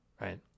right